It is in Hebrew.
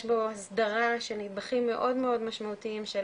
בו הסדרה של נדבכים מאוד משמעותיים של